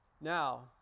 Now